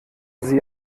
sie